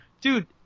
dude